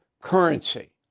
currency